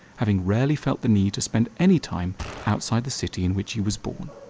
having rarely felt the need to spend any time outside the city in which he was born.